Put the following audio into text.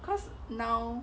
cause now